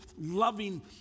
loving